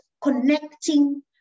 connecting